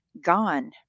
gone